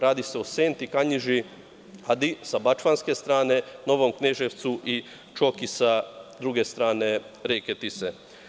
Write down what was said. Radi se o Senti, Kanjiži, Adi, sa bačvanske strane Novom Kneževcu i Čoki sa druge strane reke Tise.